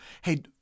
Hey